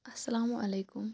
اسلامُ علیکُم